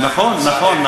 נכון,